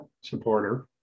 supporter